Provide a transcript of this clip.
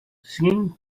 singing